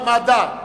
מדע.